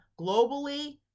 globally